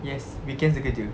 yes weekends dia kerja